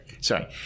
Sorry